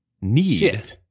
need